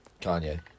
Kanye